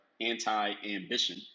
anti-ambition